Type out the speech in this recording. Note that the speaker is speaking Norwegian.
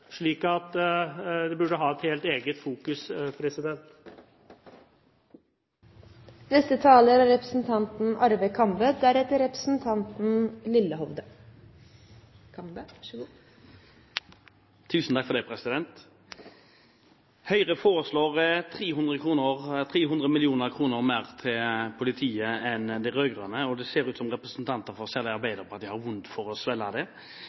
at det burde hatt et helt eget fokus. Høyre foreslår 300 mill. kr mer til politiet enn de rød-grønne, og det ser ut som om representanter særlig fra Arbeiderpartiet har vondt for å svelge det.